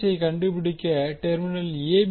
ஐ கண்டுபிடிக்க terminal a b